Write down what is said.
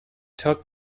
took